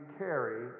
carry